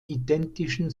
identischen